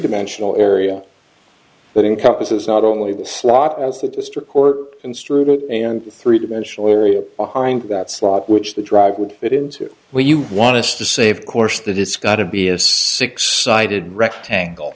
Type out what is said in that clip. dimensional area that encompasses not only the slot as the district court instrument and three dimensional area behind that slot which the drug would fit into where you want to save course that it's got to be a six sided rectangle